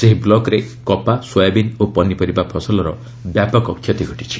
ସହି ବ୍ଲକରେ କପା ସୋୟାବିନ ଓ ପନିପରିବା ଫସଲର ବ୍ୟାପକ କ୍ଷତି ଘଟିଛି